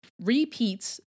repeats